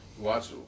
Watch